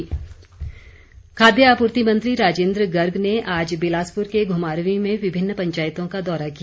राजेन्द्र गर्ग खाद्य आपूर्ति मंत्री राजेन्द्र गर्ग ने आज बिलासपुर के घुमारवीं में विभिन्न पंचायतों का दौरा किया